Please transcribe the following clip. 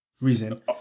reason